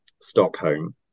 Stockholm